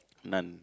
none